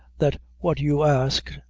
that what you ask,